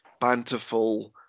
banterful